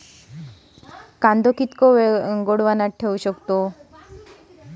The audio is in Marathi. कांदा किती वेळ गोदामात ठेवता येतो?